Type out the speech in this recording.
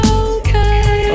okay